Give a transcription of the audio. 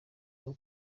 bwo